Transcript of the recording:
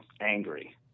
angry